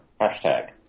Hashtag